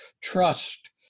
trust